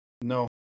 No